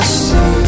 see